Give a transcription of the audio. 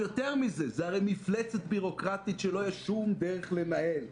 יותר מזה זאת הרי מפלצת בירוקרטית שלא יהיה שום דרך לנהל.